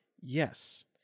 Yes